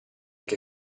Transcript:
che